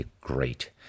great